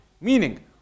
Meaning